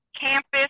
campus